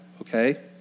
okay